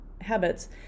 habits